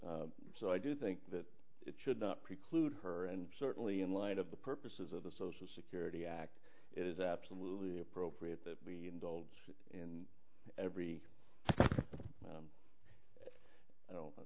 so i do think that it should not preclude her and certainly in light of the purposes of the social security act it is absolutely appropriate that we indulge every